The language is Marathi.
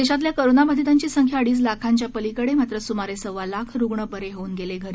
देशातल्या कोरोनाबाधितांची संख्या अडीच लाखांच्या पलीकडे मात्र सुमारे सव्वा लाख रुग्ण बरे होऊन गेले घरी